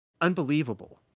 unbelievable